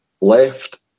left